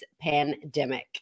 pandemic